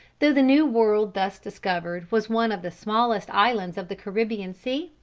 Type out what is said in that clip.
though the new world thus discovered was one of the smallest islands of the caribbean sea,